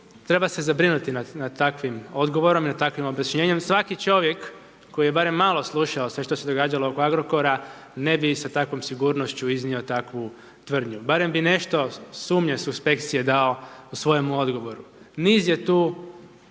treba se zabrinuti nad takvim odgovorom, nad takvim objašnjenjem. Svaki čovjek koji je barem malo slušao sve što se događalo oko Agrokora, ne bi sa takvom sigurnošću iznio takvu tvrdnju. Barem bi nešto sumnje suspekcije dao u svojemu odgovoru. Niz je tu